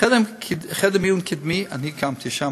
חדר מיון קדמי, אני הקמתי שם.